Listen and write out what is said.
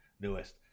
newest